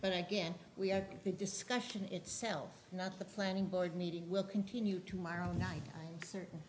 but i guess we are the discussion itself not the planning board meeting will continue tomorrow night i'm certain